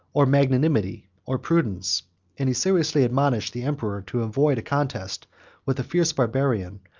or magnanimity, or prudence and he seriously admonished the emperor to avoid a contest with a fierce barbarian,